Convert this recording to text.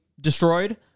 destroyed